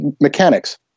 Mechanics